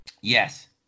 Yes